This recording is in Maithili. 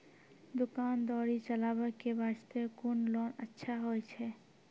दुकान दौरी चलाबे के बास्ते कुन लोन अच्छा होय छै?